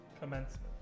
Commencement